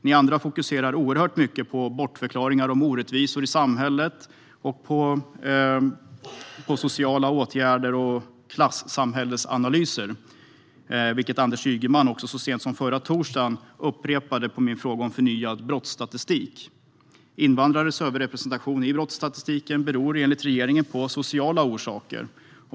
Ni andra fokuserar mycket på bortförklaringar om orättvisor i samhället, på sociala åtgärder och klassamhällesanalyser. Samma typ av svar upprepades också av Anders Ygeman så sent som förra torsdagen på min fråga om förnyad brottsstatistik. Invandrares överrepresentation i brottsstatistiken har enligt regeringen sociala orsaker.